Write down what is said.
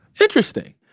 interesting